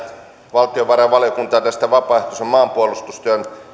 valtiovarainvaliokuntaa tästä vapaaehtoisen maanpuolustustyön